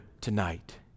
tonight